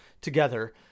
together